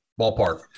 ballpark